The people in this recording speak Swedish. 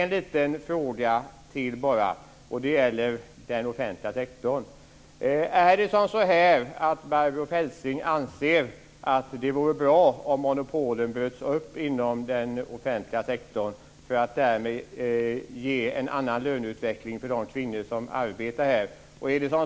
En liten fråga till bara, det gäller den offentliga sektorn. Anser Barbro Feltzing att det vore bra om monopolen bröts upp inom den offentliga sektorn för att därmed ge en annan löneutveckling för de kvinnor som arbetar där?